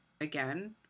again